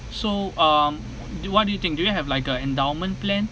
so um do what do you think do you have like a endowment plan